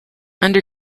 under